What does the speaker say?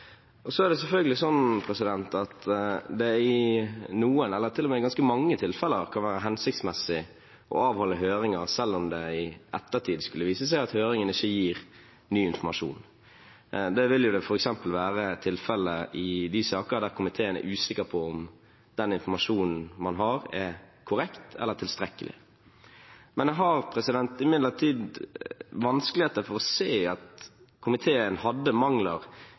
Så er det selvfølgelig slik at det i noen, eller til og med i ganske mange, tilfeller kan være hensiktsmessig å avholde høringer, selv om det i ettertid skulle vise seg at høringen ikke gir ny informasjon. Det vil f.eks. være tilfellet i de saker der komiteen er usikker på om den informasjonen man har, er korrekt eller tilstrekkelig. Jeg har imidlertid vanskeligheter med å se at komiteen hadde mangler